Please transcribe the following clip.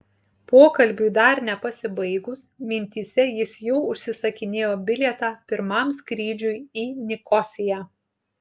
pokalbiui dar nepasibaigus mintyse jis jau užsisakinėjo bilietą pirmam skrydžiui į nikosiją